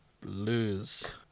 Blues